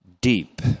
deep